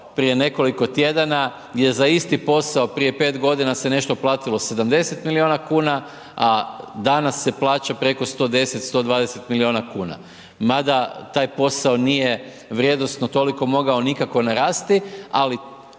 prije nekoliko tjedana gdje je za isti posao prije 5 godina se nešto platilo 70 milijuna kuna, a danas se plaća preko 110, 120 milijuna kuna. Ma da, taj posao nije vrijednosno toliko mogao nikako narasti, ali